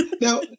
Now